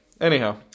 anyhow